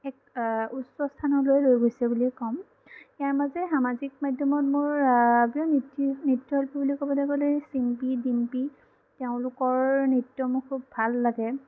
এক উচ্চস্থানলৈ লৈ গৈছে বুলি ক'ম ইয়াৰ মাজে সামাজিক মাধ্যমত মোৰ নৃত্যশিল্পী বুলি ক'বলৈ গ'লে এই চিম্পী ডিম্পী এওঁলোকৰ নৃত্য মোৰ খুব ভাল লাগে